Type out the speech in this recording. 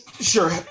sure